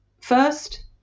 First